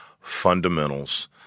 fundamentals